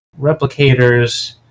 replicators